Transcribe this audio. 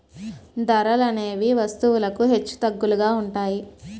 ధరలనేవి వస్తువులకు హెచ్చుతగ్గులుగా ఉంటాయి